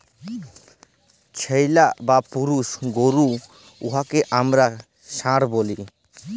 ছেইল্যা বা পুরুষ গরু উয়াকে আমরা ষাঁড় ব্যলি